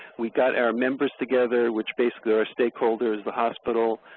we got our members together which basically our stakeholders the hospital,